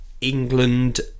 England